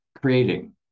creating